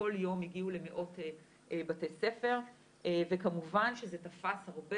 כל יום הגיעו למאות בתי ספר וכמובן שזה תפס הרבה